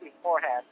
beforehand